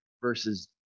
versus